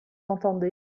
entendez